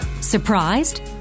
Surprised